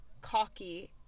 cocky